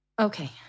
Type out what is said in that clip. Okay